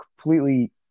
completely